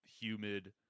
humid